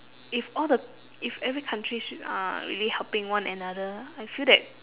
if all the if every country sh~ uh really helping one another I feel that